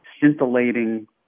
scintillating